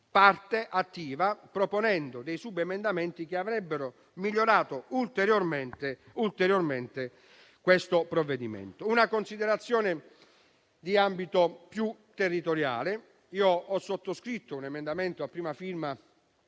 parte attiva, proponendo subemendamenti che avrebbero migliorato ulteriormente il provvedimento. Passo a una considerazione riguardante l'ambito più territoriale. Ho sottoscritto un emendamento, a prima firma